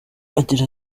agira